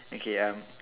okay uh